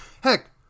Heck